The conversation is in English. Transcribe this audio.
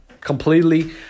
completely